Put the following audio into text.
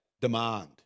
demand